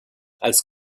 als